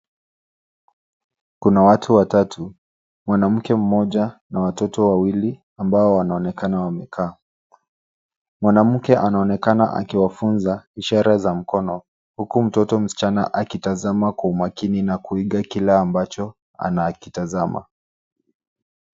Kuna watu watatu, mwanamke mmoja na watoto wawili ambao wanaonkeana wamekaa. Mwanamke anaonekana akiwafunza ishara za mkono huku mtoto msichana akitazama kwa umakini na kuiga kila ambacho anakitazama.